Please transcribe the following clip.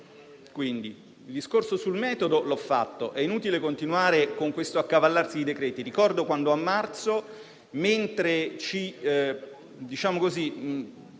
Il discorso sul metodo l'ho fatto: è inutile continuare con questo accavallarsi di decreti. Ricordo quando a marzo, mentre -